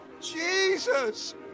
Jesus